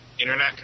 internet